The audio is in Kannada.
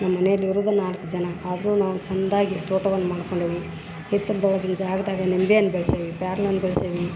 ನಮ್ಮ ಮನೆಯಲ್ಲಿ ಇರುದ ನಾಲ್ಕು ಜನ ಆದರು ನಾವು ಚಂದಾಗಿ ತೋಟವನ್ನ ಮಾಡ್ಕೊಂಡೇವಿ ಹಿತ್ತಲ್ದ ಒಳಗಿನ ಜಾಗದಾಗ ನಿಂಬೆ ಹಣ್ಣು ಬೆಳ್ಸೇವಿ ಪ್ಯಾರ್ಲೆ ಹಣ್ಣು ಬೆಳ್ಸೇವಿ